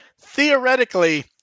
theoretically